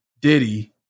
Diddy